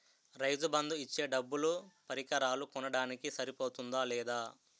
రైతు బందు ఇచ్చే డబ్బులు పరికరాలు కొనడానికి సరిపోతుందా లేదా?